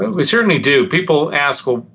we certainly do. people ask, well,